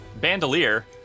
bandolier